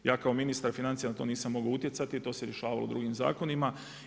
Ja kao ministar financija na to nisam mogao utjecati i to se rješavalo u drugim zakonima.